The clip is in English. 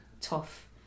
tough